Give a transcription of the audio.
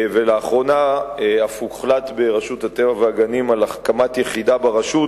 ולאחרונה אף הוחלט ברשות הטבע והגנים על הקמת יחידה ברשות,